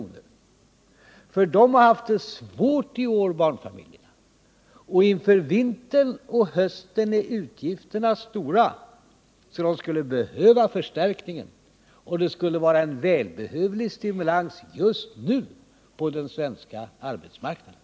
Barnfamiljerna har haft det svårt i år. Deras utgifter inför hösten och vintern är stora, och därför skulle de behöva denna förstärkning, som också skulle vara en välbehövlig stimulans just nu på den svenska arbetsmarknaden.